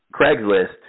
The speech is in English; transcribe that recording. Craigslist